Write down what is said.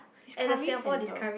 Discovery center